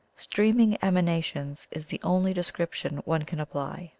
streaming emanations is the only descrip tion one can apply